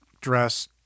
dress